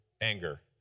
anger